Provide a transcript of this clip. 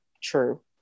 true